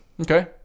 Okay